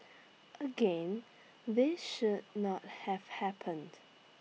again this should not have happened